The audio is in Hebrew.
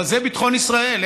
אבל זה ביטחון ישראל,